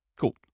Cool